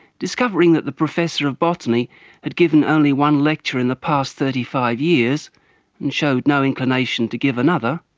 discovering that the professor of botany had given only one lecture in the past thirty five years and showed no inclination to give another,